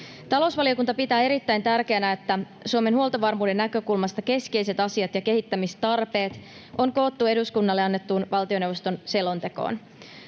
Talousvaliokunta pitää erittäin tärkeänä, että Suomen huoltovarmuuden näkökulmasta keskeiset asiat ja kehittämistarpeet on koottu eduskunnalle annettuun valtioneuvoston selontekoon.